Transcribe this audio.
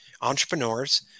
entrepreneurs